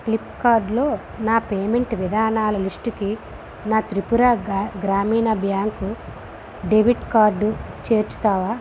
Flipkart లో నా payment విధానాల లిస్టు కి నా త్రిపుర గ్రా గ్రామీణ బ్యాంక్ డెబిట్ కార్డ్ చేర్చుతావా